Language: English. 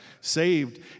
saved